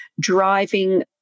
driving